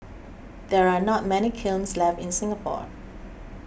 there are not many kilns left in Singapore